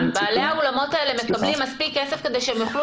בעלי האולמות האלה מקבלים מספיק כסף כדי שהם יוכלו